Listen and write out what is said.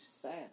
sad